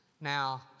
Now